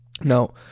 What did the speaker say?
Now